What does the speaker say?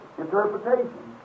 interpretation